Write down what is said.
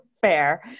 fair